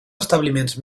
establiments